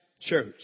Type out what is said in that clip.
church